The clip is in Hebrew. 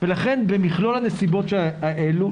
לכן במכלול הנסיבות האלה,